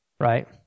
right